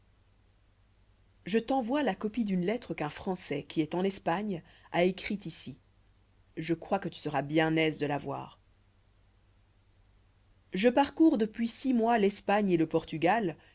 e t'envoie la copie d'une lettre qu'un françois qui est en espagne a écrite ici je crois que tu seras bien aise de la voir je parcours depuis six mois l'espagne et le portugal